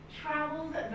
travels